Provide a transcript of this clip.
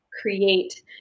create